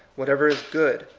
whatever i good,